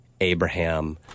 Abraham